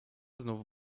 znów